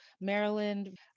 Maryland